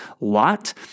Lot